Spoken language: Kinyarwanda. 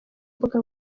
mbuga